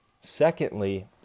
Secondly